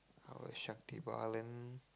our